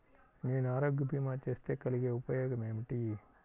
నేను ఆరోగ్య భీమా చేస్తే కలిగే ఉపయోగమేమిటీ?